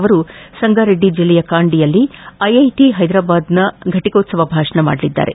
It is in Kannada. ಅವರು ಸಂಗಾರೆಡ್ಡಿ ಜಿಲ್ಲೆಯ ಕಾಂಡಿಯಲ್ಲಿ ಐಐಟ ಹೈದರಾಬಾದ್ನ ಘಟಕೋತ್ತವ ಭಾಷಣ ಮಾಡಲಿದ್ದಾರೆ